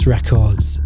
Records